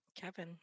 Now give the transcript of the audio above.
Kevin